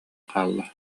хаалла